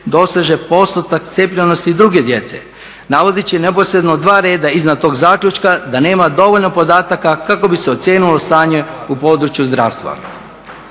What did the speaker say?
doseže postotak cijepljenosti i druge djece navodeći neposredno dva reda iznad tog zaključka da nema dovoljno podataka kako bi se ocijenilo stanje u području zdravstva.